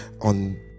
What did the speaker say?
on